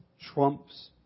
trumps